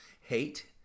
hate